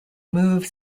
move